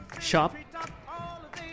Shop